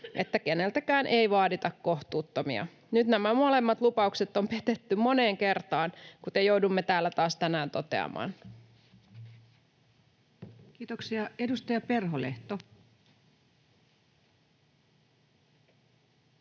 että keneltäkään ei vaadita kohtuuttomia. Nyt nämä molemmat lupaukset on petetty moneen kertaan, kuten joudumme täällä taas tänään toteamaan. [Speech 44] Speaker: